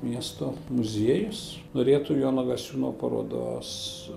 miesto muziejus norėtų jono gasiūno parodos